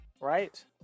right